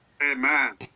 Amen